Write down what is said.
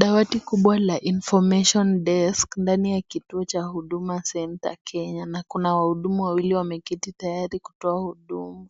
Dawati kubwa la information desk ndani ya kituo cha Huduma Centre Kenya na kuna wahudumu wawili wameketi tayari kutoa hudumu.